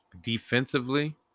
Defensively